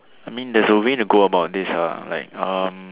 I mean that's a way to go about this ah like um